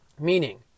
Meaning